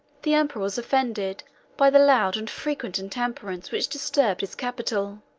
the emperor was offended by the loud and frequent intemperance which disturbed his capital